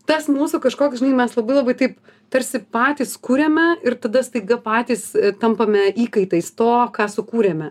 tas mūsų kažkoks žinai mes labai labai taip tarsi patys kuriame ir tada staiga patys tampame įkaitais to ką sukūrėme